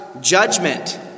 judgment